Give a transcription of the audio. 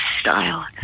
style